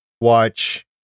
watch